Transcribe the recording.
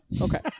Okay